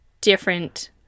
different